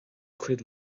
cuid